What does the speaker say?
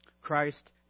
Christ